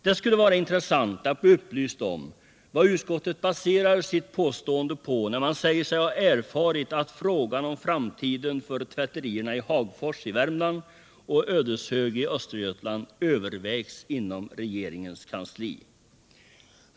Det skulle vara intressant att bli upplyst om vad utskottet baserar sitt påstående på när utskottet säger sig ha erfarit att frågan om framtiden för tvätterierna i Hagfors i Värmland och Ödeshög i Östergötland övervägs inom regeringens kansli.